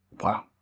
Wow